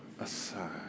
aside